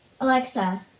Alexa